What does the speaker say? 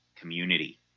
community